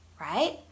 right